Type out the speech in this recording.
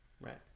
Right